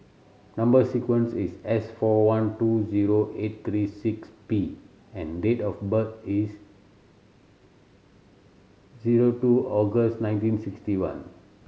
number sequence is S four one two zero eight three six P and date of birth is zero two August nineteen sixty one